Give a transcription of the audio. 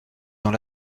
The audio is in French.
dans